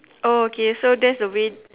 oh okay so that's the way